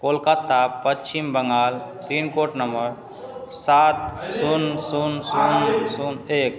Kolkata Paschim Bengal pin code number सात शून्य शून्य शून्य एक